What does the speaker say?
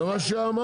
זה מה שאמרתי.